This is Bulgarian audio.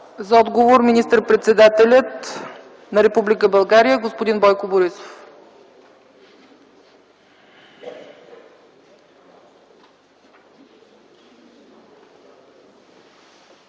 За отговор – министър-председателят на Република България господин Бойко Борисов.